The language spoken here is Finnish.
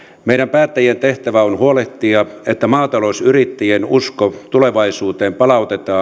meidän päättäjien tehtävä on huolehtia että maatalousyrittäjien usko tulevaisuuteen palautetaan